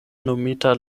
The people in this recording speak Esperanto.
nomita